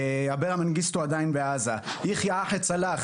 אברה מנגיסטו עדין בעזה, יחיא סלאח,